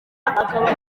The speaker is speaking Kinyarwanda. akaba